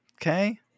Okay